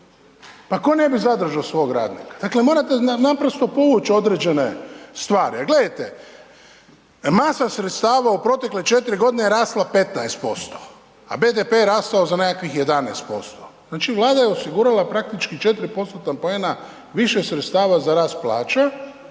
pa tko ne bi zadržao svog radnika. Dakle, morate naprosto povuč određene stvari. A gledajte, masa sredstava u protekle 4 godine je rasla 15%, a BDP je rastao za nekakvih 11%, znači Vlada je osigurala praktički četiri postotna poena više sredstava za rast plaća